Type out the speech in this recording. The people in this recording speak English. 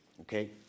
Okay